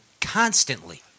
constantly